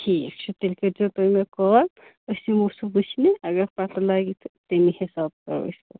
ٹھیٖک چھُ تیٚلہِ کٔرۍزیو تُہۍ مےٚ کال أسۍ یِمو سُہ وٕچھنہِ اگر پَسَنٛد لَگہِ تہٕ تَمی حِساب کَرو أسۍ پَتہٕ